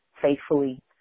faithfully